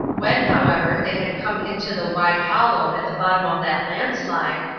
when, however, they had come into the wide hollow at the bottom of that landslide,